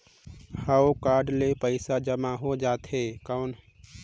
हव कारड ले पइसा जमा हो जाथे कौन?